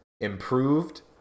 improved